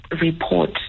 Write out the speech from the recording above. report